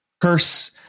curse